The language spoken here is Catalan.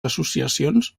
associacions